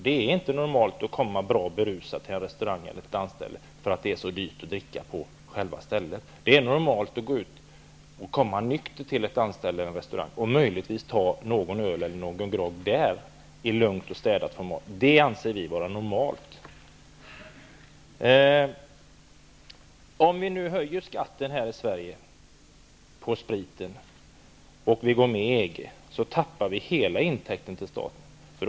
Det är inte normalt att komma till en restaurang eller ett dansställe och vara bra berusad, för att det är så dyrt att dricka på själva stället. Det är normalt att komma nykter till ett dansställe eller en restaurang och möjligtvis ta någon öl eller någon grogg där, lugnt och städat. Det anser vi vara normalt. Om vi nu höjer skatten på sprit här i Sverige och vi går med i EG, tappar vi statens intäkter.